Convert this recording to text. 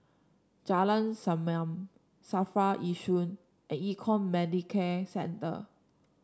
Jalan Senyum Safra Yishun and Econ Medicare Center